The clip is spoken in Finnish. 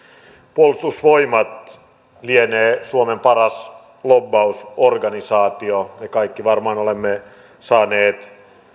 puolustusvoimat lienee suomen paras lobbausorganisaatio me kaikki varmaan olemme saaneet